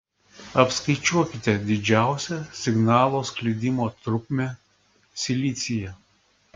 apskaičiuokite didžiausią signalo sklidimo trukmę silicyje